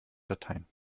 dateien